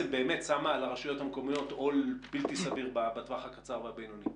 ששמה על הרשויות המקומיות עול בלתי סביר בטווח הקצר והבינוני.